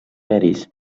peris